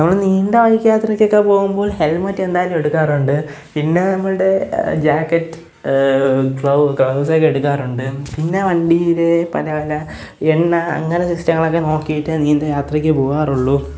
നമ്മള് നീണ്ടായിക്കാത്രയ്ക്കൊക്കെ പോവുമ്പോള് ഹെല്മെറ്റെന്തായാലും എടുക്കാറുണ്ട് പിന്നെ നമ്മളുടെ ജാക്കറ്റ് ഗ്ലൗസൊക്കെ എടുക്കാറുണ്ട് പിന്നെ വണ്ടിയില് പലപല എണ്ണ അങ്ങനെ സിസ്റ്റങ്ങളൊക്കെ നോക്കിയിട്ട് നീണ്ട യാത്രയ്ക്ക് പോവാറുള്ളൂ